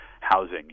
housing